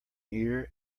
ear